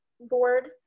Board